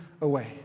away